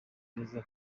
beza